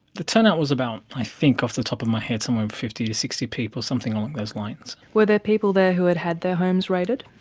the turnout was about, i think off the top of my head somewhere around fifty to sixty people, something along those lines. were there people there who had had their homes raided?